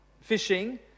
fishing